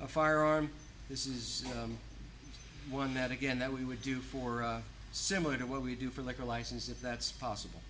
a firearm this is one that again that we would do for similar to what we do for liquor license if that's possible